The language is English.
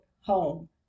home